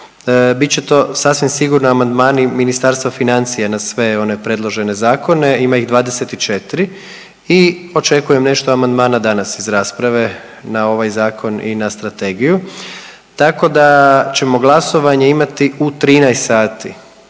Bit će to sasvim sigurno amandmani Ministarstva financija na sve one predložene zakone. Ima ih 24 i očekujem nešto amandmana danas iz rasprave na ovaj zakon i na strategiju, tako da ćemo glasovanje imati u 13,00 sati